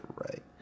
right